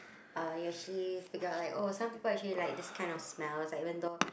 uh you actually figure out like oh some people actually like this kind of smell as like even though